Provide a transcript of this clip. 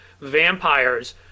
vampires